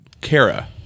Kara